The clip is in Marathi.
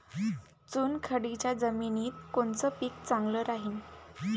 चुनखडीच्या जमिनीत कोनचं पीक चांगलं राहीन?